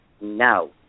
no